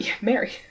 Mary